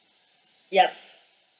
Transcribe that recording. yup